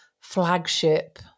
Flagship